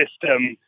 system